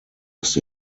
ist